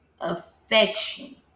affection